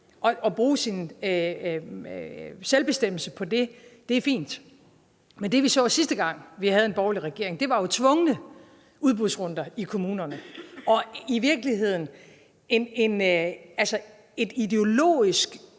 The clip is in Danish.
at bruge deres selvbestemmelse på det, er det fint. Men det, vi så, sidste gang vi havde en borgerlig regering, var jo tvungne udbudsrunder i kommunerne, og det var i virkeligheden et ideologisk